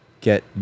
get